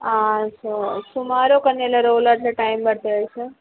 so tomorrow కానీ ఇలా రోజట్టులో టైం దోరుకుతుందా సార్